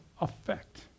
effect